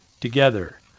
together